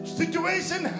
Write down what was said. situation